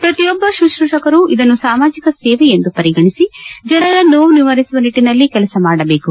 ಪ್ರತಿಯೊಬ್ಬ ಶುಶ್ರೂಷಕರು ಇದನ್ನು ಸಾಮಾಜಿಕ ಸೇವೆಯೆಂದು ಪರಿಗಣಿಸಿ ಜನರ ನೋವು ನಿವಾರಿಸುವ ನಿಟ್ಟನಲ್ಲಿ ಕೆಲಸ ಮಾಡಬೇಕು